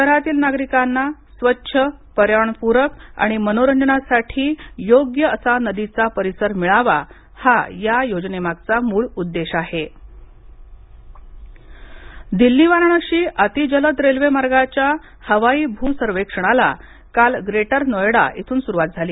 शहरातील नागरिकांना स्वच्छ पर्यावरण पूरक आणि मनोरंजनासाठी योग्य असा नदीचा परिसर मिळावा हा या योजनेमागचा मुळ उद्देश आहे दिल्ली वाराणशी रेल्वे दिल्ली वाराणशी अतिजलद रेल्वे मार्गाच्या हवाई भू सर्वेक्षणाला काल ग्रेटर नोएडा येथून सुरवात झाली